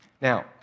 Now